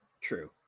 True